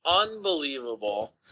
unbelievable